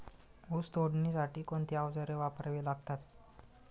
ऊस तोडणीसाठी कोणती अवजारे वापरावी लागतात?